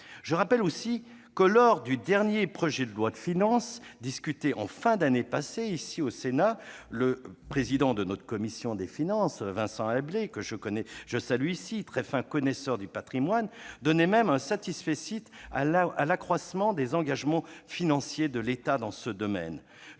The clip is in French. Je rappelle aussi que lors du dernier projet de loi de finances, discuté en fin d'année passée au Sénat, le président de notre commission des finances, Vincent Éblé, très fin connaisseur du patrimoine, donnait même un satisfecit à l'accroissement des engagements financiers de l'État dans ce domaine.